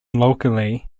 locally